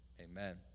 Amen